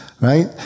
right